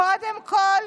קודם כול,